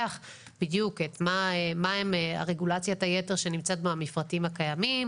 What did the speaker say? בדיוק מהי רגולציית היתר שנמצאת במפרטים הקיימים